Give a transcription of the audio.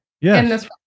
Yes